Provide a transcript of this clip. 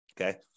Okay